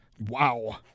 Wow